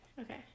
okay